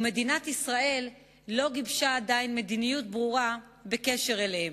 ומדינת ישראל לא גיבשה עדיין מדיניות ברורה בקשר אליהם.